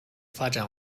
发展